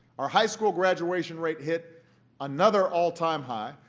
our high school graduation rate hit another all-time high.